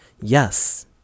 Yes